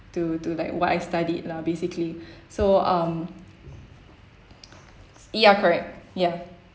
to to like why I studied lah basically so um ya correct ya